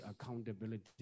accountability